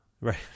Right